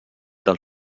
del